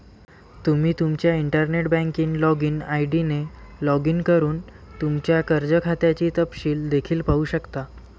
तुम्ही तुमच्या internet banking login ID ने लॉग इन करून तुमच्या कर्ज खात्याचे तपशील देखील पाहू शकता